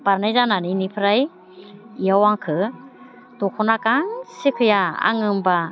बारनाय जानानै बेनिफ्राय बेयाव आंखौ दखना गांसे गैया आङो होनबा